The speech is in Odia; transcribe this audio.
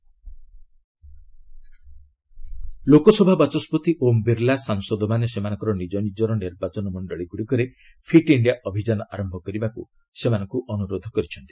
ଫିଟ୍ ଇଣ୍ଡିଆ ଲୋକସଭା ବାଚସ୍କତି ଓମ୍ ବିର୍ଲା ସାଂସଦମାନେ ସେମାନଙ୍କର ନିଜ ନିଜ ନିର୍ବାଚନମଣ୍ଡଳୀ ଗୁଡ଼ିକରେ ଫିଟଇଇଣ୍ଡିଆ ଅଭିଯାନ ଆରମ୍ଭ କରିବାକୁ ସେମାନଙ୍କୁ ନିବେଦନ କରିଛନ୍ତି